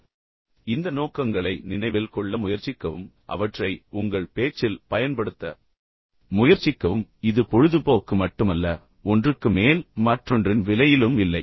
எனவே இந்த நோக்கங்களை நினைவில் கொள்ள முயற்சிக்கவும் பின்னர் அவற்றை உங்கள் பேச்சில் பயன்படுத்த முயற்சிக்கவும் இது பொழுதுபோக்கு மட்டுமல்ல ஒன்றுக்கு மேல் மற்றொன்றின் விலையிலும் இல்லை